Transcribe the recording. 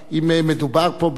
אז מה הועילו חכמים?